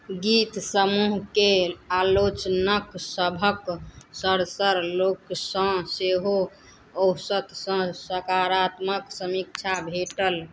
गीत समूहकेँ आलोचनकसभक सर सर लोकसँ सेहो औसतसँ सकारात्मक समीक्षा भेटल